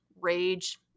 rage